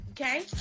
Okay